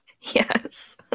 Yes